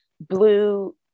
blue